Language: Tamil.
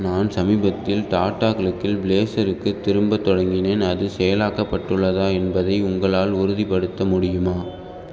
நான் சமீபத்தில் டாடா க்ளிக்கில் ப்ளேசருக்கு திரும்பத் தொடங்கினேன் அது செயலாக்கப்பட்டுள்ளதா என்பதை உங்களால் உறுதிப்படுத்த முடியுமா